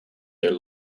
their